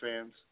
fans